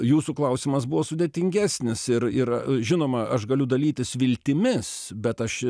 jūsų klausimas buvo sudėtingesnis ir ir žinoma aš galiu dalytis viltimis bet aš